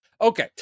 Okay